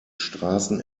straßen